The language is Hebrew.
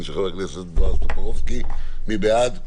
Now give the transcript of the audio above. של חבר הכנסת בועז טופורובסקי מי בעד?